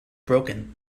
broken